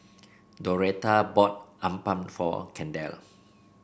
Doretha bought appam for Kendell